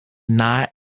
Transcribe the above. not